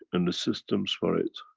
and the systems for it,